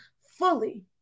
fully